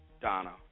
Donna